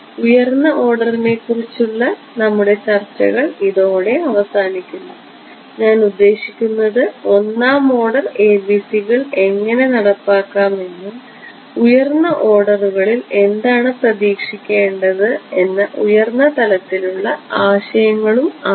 അതിനാൽ ഉയർന്ന ഓർഡറിനെക്കുറിച്ചുള്ള നമ്മുടെ ചർച്ചകൾ ഇതോടെ അവസാനിക്കുന്നു ഞാൻ ഉദ്ദേശിക്കുന്നത് ഒന്നാം ഓർഡർ ABC കൾ എങ്ങനെ നടപ്പാക്കാം എന്നും ഉയർന്ന ഓർഡറുകളിൽ എന്താണ് പ്രതീക്ഷിക്കേണ്ടതെന്ന ഉയർന്ന തലത്തിലുള്ള ആശയങ്ങളുമാണ്